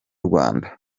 rwanda